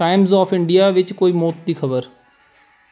Times of India ਵਿੱਚ ਕੋਈ ਮੌਤ ਦੀ ਖਬਰ